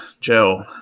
Joe